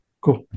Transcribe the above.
Cool